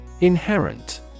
Inherent